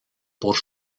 por